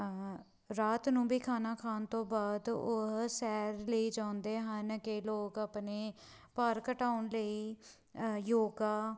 ਰਾਤ ਨੂੰ ਵੀ ਖਾਣਾ ਖਾਣ ਤੋਂ ਬਾਅਦ ਉਹ ਸੈਰ ਲਈ ਜਾਂਦੇ ਹਨ ਕਈ ਲੋਕ ਆਪਣੇ ਭਾਰ ਘਟਾਉਣ ਲਈ ਯੋਗਾ